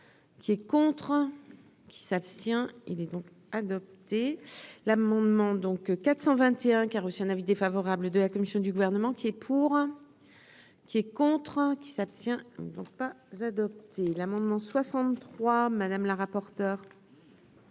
qui est contre qui s'abstient, il est donc adopté l'amendement donc 421 qui a reçu un avis défavorable de la commission du gouvernement qui est pour, qui est contre, contraint qui s'abstient donc pas adopté l'amendement 63 madame la rapporteure.